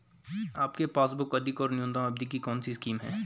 आपके पासबुक अधिक और न्यूनतम अवधि की कौनसी स्कीम है?